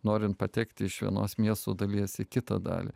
norint patekti iš vienos miesto dalies į kitą dalį